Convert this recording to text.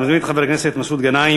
אני מזמין את חבר הכנסת מסעוד גנאים,